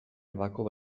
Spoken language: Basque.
bako